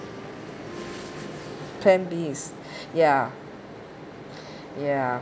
plan B is ya ya